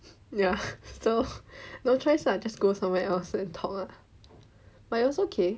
ya so no choice lah just go somewhere else and talk lah but it was okay